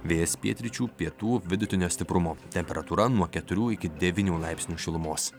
vėjas pietryčių pietų vidutinio stiprumo temperatūra nuo keturių iki devynių laipsnių šilumos